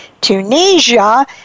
Tunisia